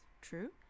true